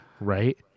Right